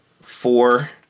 four